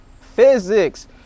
physics